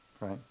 right